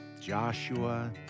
Joshua